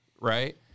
right